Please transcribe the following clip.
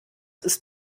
ist